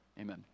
Amen